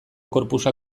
corpusa